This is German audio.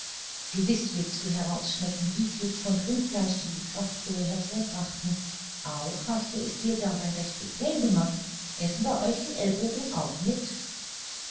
gewiß willst du heraus schmecken wie viel pfund rindfleisch diese kraftbrühe hervorbrachten auch hast du es dir dabei recht bequem gemacht essen bei euch die ellbogen auch mit